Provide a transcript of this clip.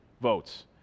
votes